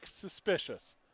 suspicious